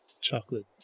chocolate